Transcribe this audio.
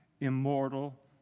immortal